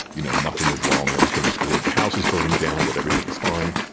you know, nothing is wrong, everything is good, the house is burning down but everything is fine.